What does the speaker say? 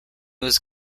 was